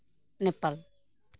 Nepal